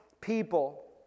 people